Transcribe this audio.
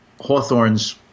Hawthorne's